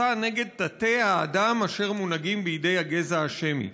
מסע נגד תתי-האדם אשר מונהגים בידי הגזע השמי",